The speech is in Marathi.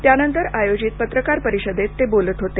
त्यानंतर आयोजित पत्रकार परिषदेत ते बोलत होते